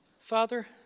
Father